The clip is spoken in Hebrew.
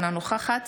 אינה נוכחת